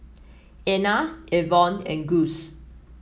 Ena Evonne and Gus